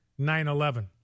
9-11